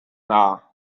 hour